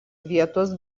vietos